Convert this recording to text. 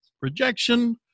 Rejection